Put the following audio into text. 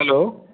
hello